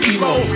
Emo